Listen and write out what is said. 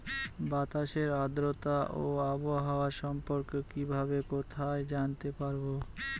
বাতাসের আর্দ্রতা ও আবহাওয়া সম্পর্কে কিভাবে কোথায় জানতে পারবো?